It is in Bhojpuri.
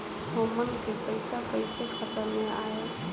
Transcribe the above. हमन के पईसा कइसे खाता में आय?